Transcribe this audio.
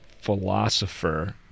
philosopher